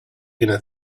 gonna